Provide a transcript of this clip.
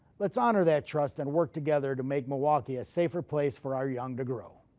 let's honor that trust and work together to make milwaukee a safer place for our young to grow.